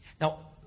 Now